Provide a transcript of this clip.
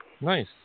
Nice